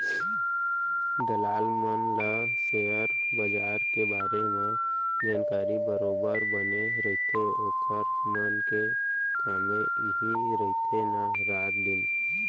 दलाल मन ल सेयर बजार के बारे मन जानकारी बरोबर बने रहिथे ओखर मन के कामे इही रहिथे ना रात दिन